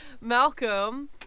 Malcolm